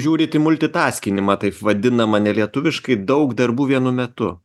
žiūrit į multitaskinimą taip vadinamą nelietuviškai daug darbų vienu metu